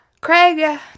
Craig